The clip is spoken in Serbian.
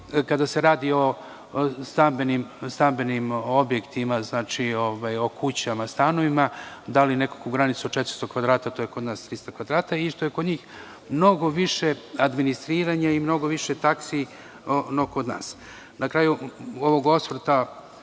kada se radi o stambenim objektima, o kućama, stanovima, dali nekakvu granicu od 400 kvadrata, to je kod nas 300 kvadrata, i što je kod njih mnogo više administriranja i mnogo više taksi nego kod nas. Na kraju ovog osvrta